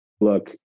Look